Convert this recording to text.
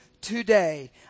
today